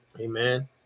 Amen